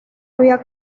había